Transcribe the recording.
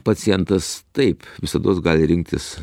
pacientas taip visados gali rinktis